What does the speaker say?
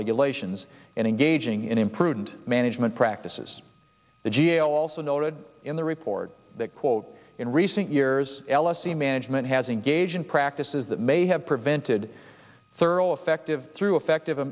regulations and engaging in imprudent management practices the g a o also noted in the report that quote in recent years l s e management has engaged in practices that may have prevented thorough effective through effective